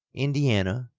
indiana,